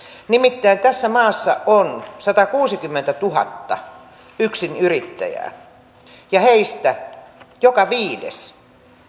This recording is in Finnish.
nimittäin tässä maassa on satakuusikymmentätuhatta yksinyrittäjää ja heistä joka viides